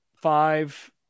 five